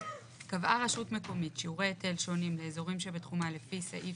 קבעה רשות מקומית שיעורי היטל שונים לאזורים שבתחומה לפי סעיף